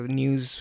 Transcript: news